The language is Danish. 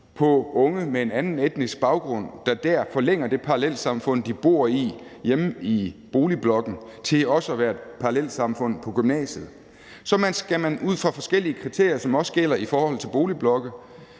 på unge med en anden etnisk baggrund, som dér forlænger det parallelsamfund, de bor i hjemme i boligblokken, til også at være et parallelsamfund på gymnasiet, så skal man ud fra forskellige kriterier, som også gælder i forhold til boligblokke,